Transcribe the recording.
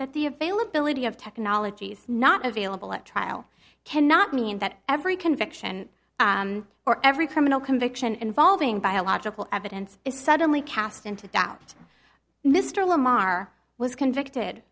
that the availability of technologies not available at trial cannot mean that every conviction or every criminal conviction involving biological evidence is suddenly cast into doubt mr lamar was convicted